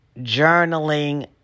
journaling